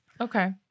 okay